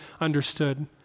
understood